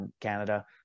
Canada